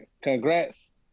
congrats